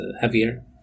heavier